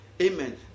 amen